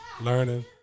learning